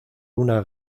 una